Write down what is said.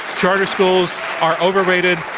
charter schools are overrated,